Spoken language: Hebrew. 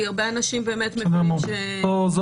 כי הרבה אנשים באמת מבינים שפג